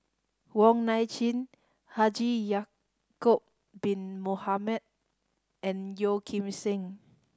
Wong Nai Chin Haji Ya'acob Bin Mohamed and Yeo Kim Seng